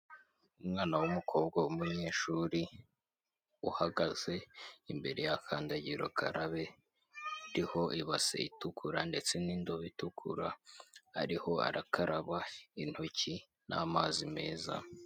Umwana w'umukobwa w'umunyeshuri uhagaze imbere ya kandagira ukarabe, iriho ibase itukura ndetse n'indobe itukura ariho arakaraba intoki n'amazi meza.